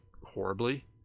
horribly